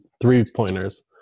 three-pointers